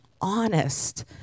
honest